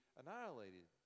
annihilated